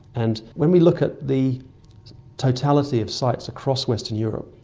and when we look at the totality of sites across western europe,